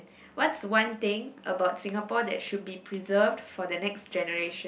what's one thing about Singapore that should be preserved for the next generation